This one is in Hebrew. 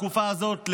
בתקופה הזו,